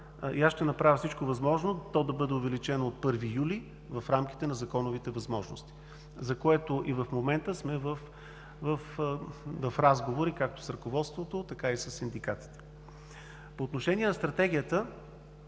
Ще направя всичко възможно то да бъде увеличено от 1 юли в рамките на законовите възможности, за което и в момента сме в разговори както с ръководството, така и със синдикатите. По отношение на стратегията.